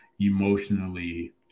emotionally